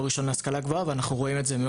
ראשון להשכלה גבוהה ואנחנו רואים את זה,